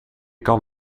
kan